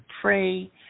pray